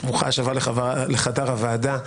ברוכה השבה לחדר הוועדה.